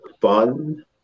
fun